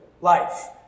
life